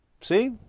See